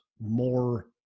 more